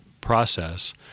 process